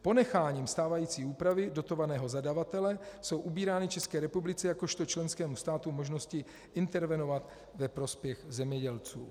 Ponecháním stávající úpravy dotovaného zadavatele jsou ubírány České republice jakožto členskému státu možnosti intervenovat ve prospěch zemědělců.